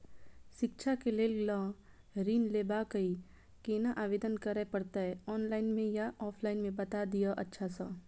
शिक्षा केँ लेल लऽ ऋण लेबाक अई केना आवेदन करै पड़तै ऑनलाइन मे या ऑफलाइन मे बता दिय अच्छा सऽ?